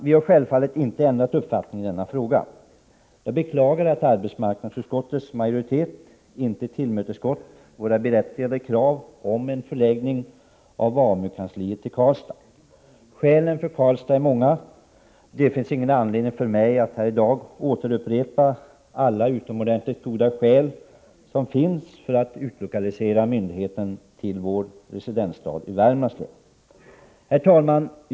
Vi har självfallet inte ändrat uppfattning i denna fråga. Jag beklagar att arbetsmarknadsutskottets majoritet inte tillmötesgått våra berättigade krav om en förläggning av AMU-kansliet till Karlstad. Skälen för en lokalisering till Karlstad är många. Det finns dock ingen anledning för mig att här i dag upprepa alla utomordentligt goda skäl som finns för att utlokalisera myndigheten till residensstaden i Värmlands län. Herr talman!